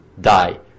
die